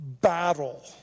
battle